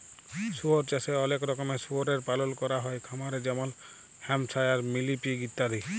শুয়র চাষে অলেক রকমের শুয়রের পালল ক্যরা হ্যয় খামারে যেমল হ্যাম্পশায়ার, মিলি পিগ ইত্যাদি